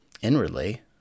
inwardly